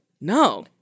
No